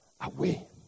away